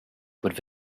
would